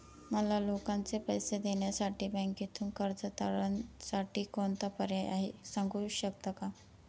मला लोकांचे पैसे देण्यासाठी बँकेतून कर्ज तारणसाठी कोणता पर्याय आहे? सांगू शकता का?